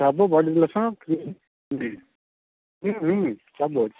ସବୁ body lotion cream ହୁଁ ହୁଁ ହୁଁ ସବୁ ଅଛି